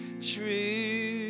true